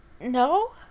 no